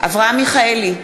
אברהם מיכאלי,